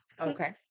Okay